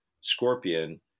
Scorpion